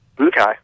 Okay